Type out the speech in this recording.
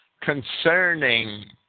concerning